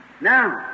Now